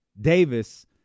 Davis